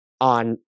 on